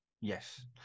Yes